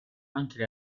anche